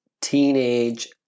teenage